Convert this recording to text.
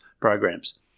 programs